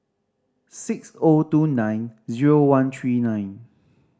six O two nine zero one three nine